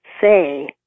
say